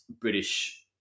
British